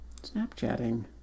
Snapchatting